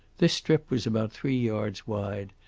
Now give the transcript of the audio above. this strip was about three yards wide,